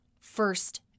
First